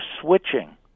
switching